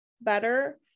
better